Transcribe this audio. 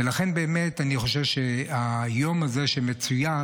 ולכן, באמת, אני חושב שהיום הזה שמצוין,